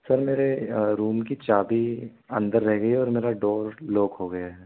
sir मेरे room की चाबी अंदर रह गई और मेरा डोर लॉक हो गया है